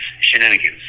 shenanigans